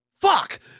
fuck